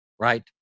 right